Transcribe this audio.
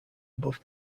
above